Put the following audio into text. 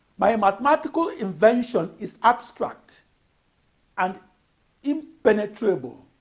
my mathematical invention is abstract and impenetrable.